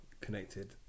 connected